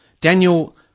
Daniel